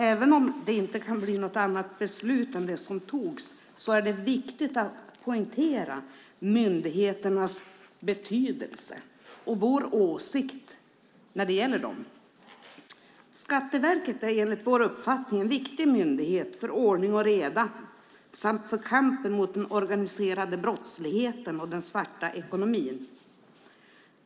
Även om det inte kan bli något annat beslut än det som togs är det viktigt att poängtera myndigheternas betydelse och vår åsikt när det gäller dem. Skatteverket är enligt vår uppfattning en viktig myndighet för ordning och reda samt för kampen mot den organiserade brottsligheten och den svarta ekonomin.